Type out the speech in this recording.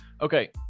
Okay